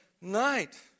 night